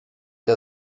der